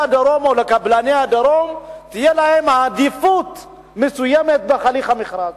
הדרום או לקבלני הדרום עדיפות מסוימת בהליך המכרז.